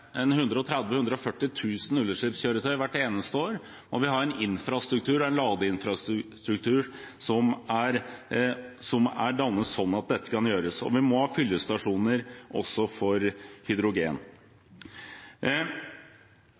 imot 130 000–140 000 nullutslippskjøretøy hvert eneste år, må vi ha en ladeinfrastruktur som er dannet slik at dette kan gjøres, og vi må ha fyllestasjoner for hydrogen.